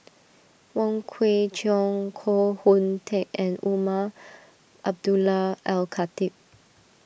Wong Kwei Cheong Koh Hoon Teck and Umar Abdullah Al Khatib